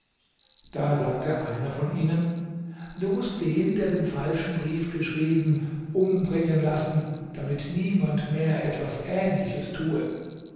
da sagte einer von ihnen du mußt den der den falschen brief geschrieben umbringen lassen damit niemand mehr etwas ähnliches tue